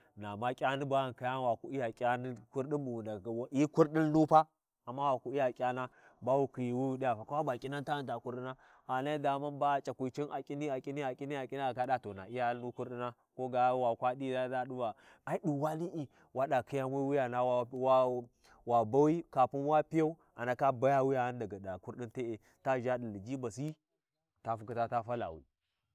Wa Umma wa wura ɗaa waʒa wani wa piya ɗa wa piya wa ƙhitirwi ca nʒayumi ƙhitirwi ca ɗifu mun, muna kuʒaa P’iyatunu. Ƙhitirwi ca ɗifumun, Sai Sai muna khiya kuʒama ka har wuwakhi ba muna wuwau, muna U’mma ti njalakhi, muna U’mma ti njalakhi wun piya wani mun dida ɗana, yaba khiya ngigyic’uni ya ngyic’uni ya ngic’uni. Muna tigyiɗa subana ya ngyic’unuu, mun tigyiɗa Subana, mun ɗa bugayan ngaraniii ngaran ngaran. Ƙhitirwi P’iyaa, sabo sabo khin we gha naa ƙhitirwi, ɗin ghi ghu nahyi ƙhitirwai muna kama ɗi fakhi, koga mun khiya yan tighaki, mun tighuʒa, ƙhitirwi mu kawai ghan tai zhuwan ko wuyan nuna Lthakusu, amma ƙhitirwai mana Lthakwa ƙhitirwi sosai.